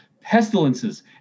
pestilences